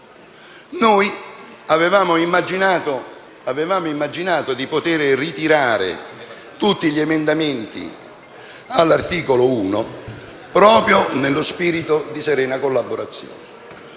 Noi avevamo immaginato di poter ritirare tutti gli emendamenti all'articolo 1, proprio in uno spirito di serena collaborazione;